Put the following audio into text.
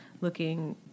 looking